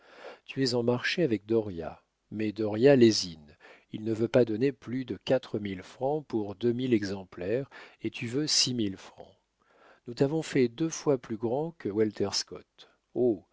tu es en marché avec dauriat mais dauriat lésine il ne veut pas donner plus de quatre mille francs pour deux mille exemplaires et tu veux six mille francs nous t'avons fait deux fois plus grand que walter scott